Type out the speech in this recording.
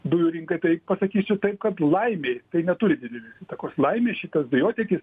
dujų rinkai tai pasakysiu taip kad laimė tai neturi didelės įtakos laimė šitas dujotiekis